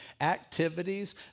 activities